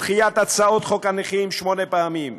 דחיית הצעת חוק הנכים שמונה פעמים,